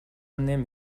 نمی